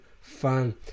fun